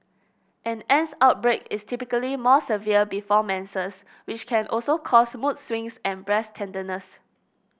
an acne outbreak is typically more severe before menses which can also cause mood swings and breast tenderness